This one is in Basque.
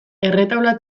erretaula